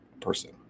person